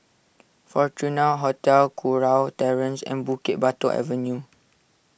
Fortuna Hotel Kurau Terrace and Bukit Batok Avenue